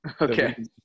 Okay